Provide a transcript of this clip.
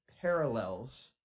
parallels